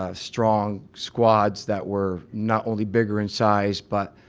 ah strong squads that were not only bigger in size, but